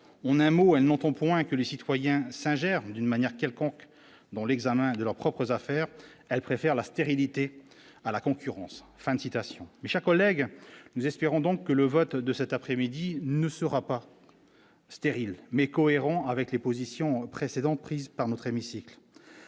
a un mot Edmonton point que les citoyens s'ingère d'une manière quelconque dans l'examen de leurs propres affaires, elle préfère la stérilité à la concurrence, fin de citation chaque collègue nous espérons donc que le vote de cet après-midi ne sera pas stérile mais cohérent avec les positions précédentes prises par notre hémicycle